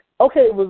okay